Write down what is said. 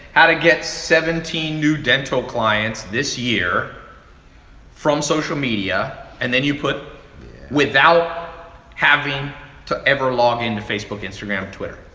how to get seventeen new dental clients this year from social media. and then you put without having to ever login to facebook, instagram, twitter.